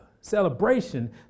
celebration